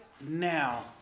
now